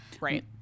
right